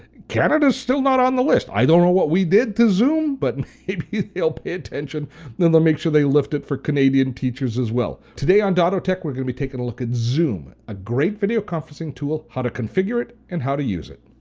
canada's still not on the list. i don't know what we did to zoom but they'll pay attention then they'll make sure they lift it for canadian teachers as well. today on dotto tech we're gonna be taking a look at zoom, a great video conferencing tool, how to configure it and how to use it.